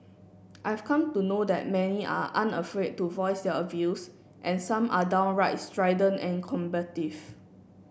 I've come to know that many are unafraid to voice their views and some are downright strident and combative